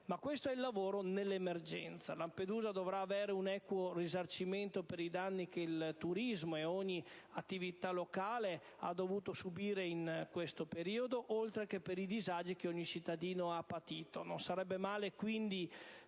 che questo è il lavoro nell'emergenza. Lampedusa dovrà avere un equo risarcimento per i danni che il turismo e ogni attività locale hanno dovuto subire in questo periodo, oltre che per i disagi che ogni cittadino ha patito. Non sarebbe male quindi